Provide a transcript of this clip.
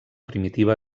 primitiva